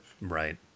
Right